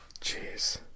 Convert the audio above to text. Jeez